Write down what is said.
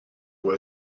può